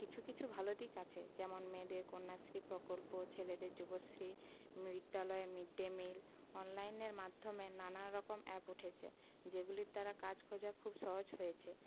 কিছু কিছু ভালো দিক আছে যেমন মেয়েদের কন্যাশ্রী প্রকল্প ছেলেদের যুবশ্রী বিদ্যালয়ে মিড ডে মিল অনলাইনের মাধ্যমে নানারকম অ্যাপ উঠেছে যেগুলির দ্বারা কাজ খোঁজা খুবই সহজ হয়েছে